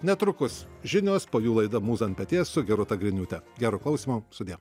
netrukus žinios po jų laida mūza ant peties su rūta griniūte gero klausymo sudie